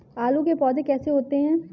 आलू के पौधे कैसे होते हैं?